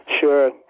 Sure